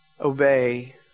obey